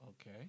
okay